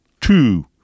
Two